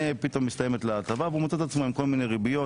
פתאום מסתיימת לו ההטבה והוא מוצא את עצמו עם כל מיני ריביות,